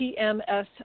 TMS